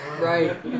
Right